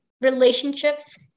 relationships